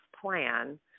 plan